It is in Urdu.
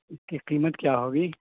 اس کی قیمت کیا ہوگی